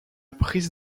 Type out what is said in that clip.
prise